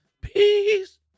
Peace